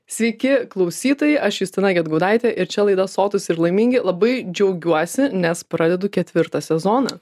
sveiki klausytojai aš justina gedgaudaitė ir čia laida sotūs ir laimingi labai džiaugiuosi nes pradedu ketvirtą sezoną